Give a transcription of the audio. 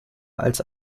als